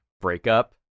breakup